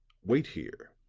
wait here.